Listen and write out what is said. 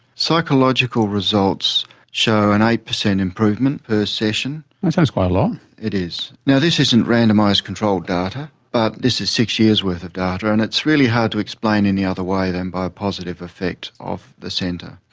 psychological results show an eight percent improvement per session. that sounds quite a lot. it is, now this isn't randomised controlled data but this is six years worth of data and it's really hard to explain any other way than by a positive effect of the centre.